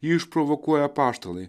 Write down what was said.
jį išprovokuoja apaštalai